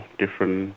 different